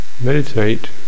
meditate